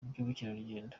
by’ubukerarugendo